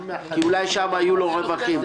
כי אולי שם יהיו לו רווחים.